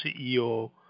CEO